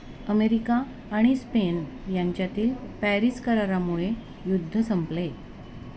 America आणि Spain यांच्यातील Paris करारामुळे युद्ध संपले